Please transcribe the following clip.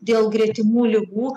dėl gretimų ligų